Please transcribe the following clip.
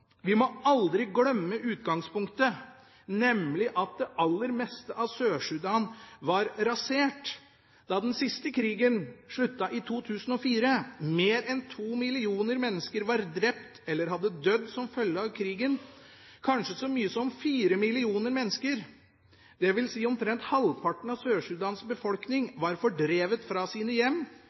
Vi må aldri glemme utgangspunktet, nemlig at det aller meste av Sør-Sudan var rasert da den siste krigen sluttet i 2004. Mer enn 2 millioner mennesker var drept eller hadde dødd som følge av krigen. Kanskje så mange som 4 millioner mennesker – dvs. omtrent halvparten av Sør-Sudans befolkning – var fordrevet fra sine hjem